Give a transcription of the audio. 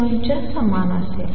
च्या समान असेल